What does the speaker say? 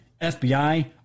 FBI